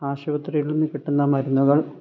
ആശുപത്രികളിൽ നിന്ന് കിട്ടുന്ന മരുന്നുകൾ